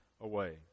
away